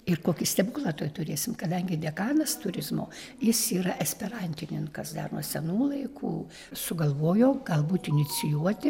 ir kokį stebuklą tuoj turėsim kadangi dekanas turizmo jis yra esperantininkas dar nuo senų laikų sugalvojo galbūt inicijuoti